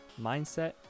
mindset